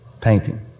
painting